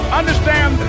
understand